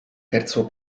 terzo